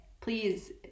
please